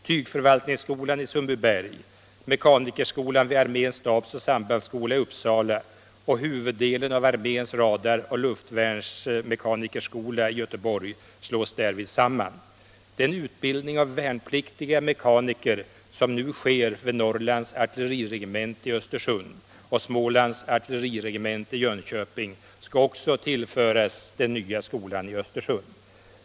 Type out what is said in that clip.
Tygförvaltningsskolan i Sundbyberg, mekanikerskolan vid arméns stabsoch sambandsskola i Uppsala och huvuddelen av arméns radaroch luftvärnsmekanikerskola i Göteborg slås därvid samman. Den utbildning av värnpliktiga mekaniker som nu sker vid Norrlands artilleriregemente i Östersund och Smålands artilleriregemente i Jönköping skall också tillföras den nya skolan i Östersund.